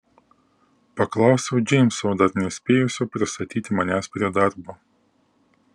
paklausiau džeimso dar nespėjusio pristatyti manęs prie darbo